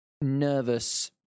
nervous